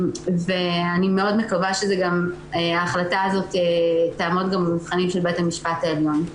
ואני מאוד מקווה שההחלטה הזאת תעמוד גם במבחנים של בית המשפט העליון.